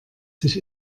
sich